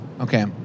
Okay